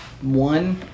one